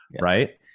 Right